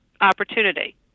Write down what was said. opportunity